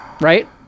Right